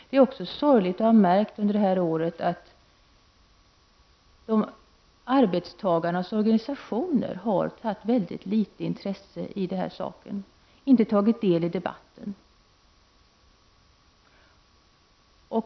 Det har också varit sorgligt att märka att arbetstagarnas organisationer under det år som har gått har varit mycket litet intresserade av denna fråga och inte tagit del i debatten.